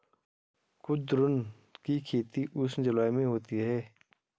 कुद्रुन की खेती उष्ण जलवायु में होती है